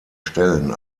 stellen